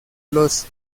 los